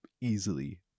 easily